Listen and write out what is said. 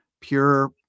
pure